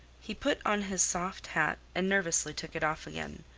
he put on his soft hat and nervously took it off again,